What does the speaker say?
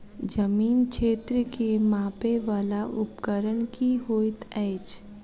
जमीन क्षेत्र केँ मापय वला उपकरण की होइत अछि?